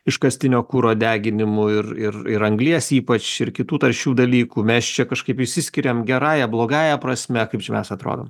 iškastinio kuro deginimu ir ir ir anglies ypač ir kitų taršių dalykų mes čia kažkaip išsiskiriam gerąja blogąja prasme kaip čia mes atrodom